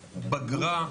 בגרה,